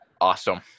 Awesome